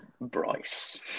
Bryce